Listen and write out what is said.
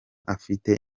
afite